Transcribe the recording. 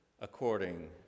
according